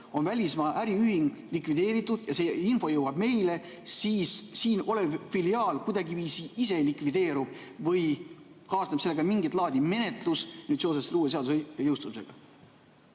välismaa äriühing on likvideeritud ja see info jõuab meile, siis siin olev filiaal kuidagiviisi ise likvideerub või kaasneb sellega mingit laadi menetlus seoses uue seaduse jõustumisega?